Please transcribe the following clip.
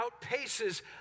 outpaces